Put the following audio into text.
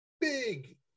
big